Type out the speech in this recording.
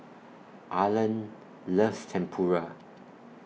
Arlan loves Tempura